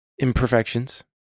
imperfections